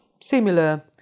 similar